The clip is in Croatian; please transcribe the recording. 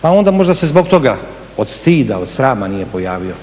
Pa onda možda se zbog toga od stida, od srama nije pojavio